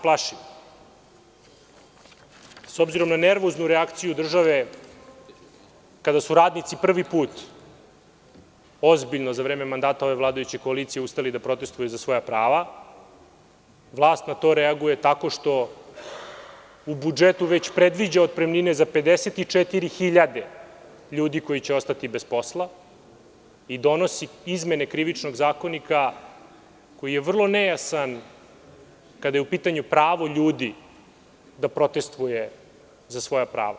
Plašim se, s obzirom na nervoznu reakciju države kada su radnici prvi put ozbiljno za vreme mandata ove vladajuće koalicije uspeli da protestuju za svoja prava, vlast na to reaguje tako što u budžetu već predviđa otpremnine za 54.000 ljudi koji će ostati bez posla i donosi izmene Krivičnog zakonika koji je vrlo nejasan kada je u pitanju pravo ljudi da protestuje za svoja prava.